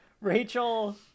Rachel